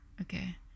Okay